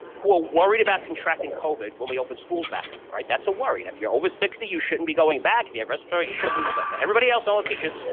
who are worried about contracting covid when we open schools back up, right? that's a worry, and if you're over sixty, you shouldn't be going back, if you have respiratory, you shouldn't be going back. but but everybody else, all the teachers,